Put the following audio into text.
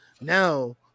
now